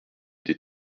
des